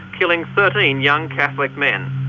killing thirteen young catholic men.